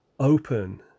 open